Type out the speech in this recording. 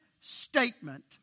statement